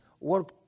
work